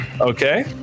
Okay